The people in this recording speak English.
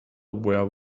where